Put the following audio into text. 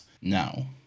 now